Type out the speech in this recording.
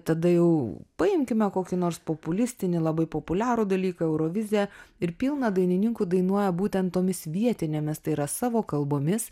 tada jau paimkime kokį nors populistinį labai populiarų dalyką eurovizija ir pilna dainininkų dainuoja būtent tomis vietinėmis tai yra savo kalbomis